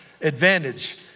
advantage